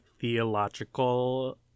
theological